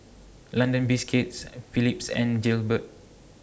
London Biscuits Phillips and Jaybird